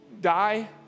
die